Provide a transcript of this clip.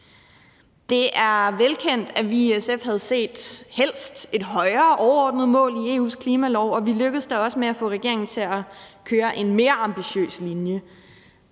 Det er velkendt, at vi i SF helst havde set et højere overordnet mål i EU's klimalov, og vi lykkedes da også med at få regeringen til at køre en mere ambitiøs linje.